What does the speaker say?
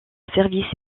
service